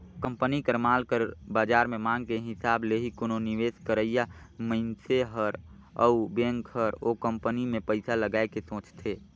company कर माल कर बाजार में मांग के हिसाब ले ही कोनो निवेस करइया मनइसे हर अउ बेंक हर ओ कंपनी में पइसा लगाए के सोंचथे